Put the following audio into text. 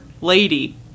Lady